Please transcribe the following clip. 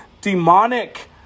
demonic